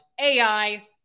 AI